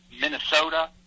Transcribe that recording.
Minnesota